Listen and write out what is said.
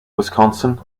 wisconsin